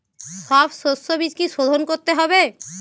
সব শষ্যবীজ কি সোধন করতে হবে?